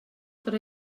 per